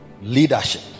Leadership